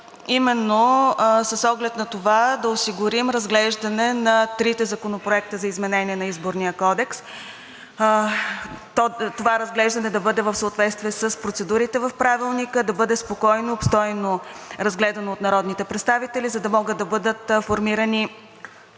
Именно с оглед на това да осигурим разглеждане на трите законопроекта за изменение на Изборния кодекс, това разглеждане да бъде в съответствие с процедурите в Правилника, да бъде спокойно, обстойно разгледано от народните представители, за да могат да бъдат формирани